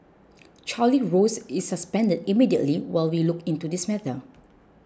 Charlie Rose is suspended immediately while we look into this matter